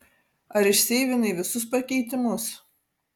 ar išseivinai visus pakeitimus